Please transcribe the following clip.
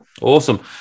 awesome